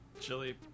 Chili